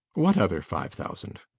what other five thousand?